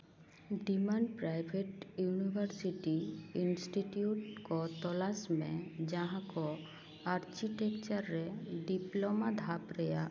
demand private university institute ᱠᱚ ᱛᱚᱞᱟᱥ ᱢᱮ ᱡᱟᱸᱦᱟ ᱠᱚ ᱟᱨᱪᱤᱴᱮᱠᱪᱟᱨ ᱨᱮ ᱰᱤᱯᱞᱳᱢᱟ ᱫᱷᱟᱯ ᱨᱮᱭᱟᱜ